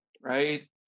right